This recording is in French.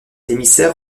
émissaire